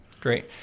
Great